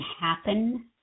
happen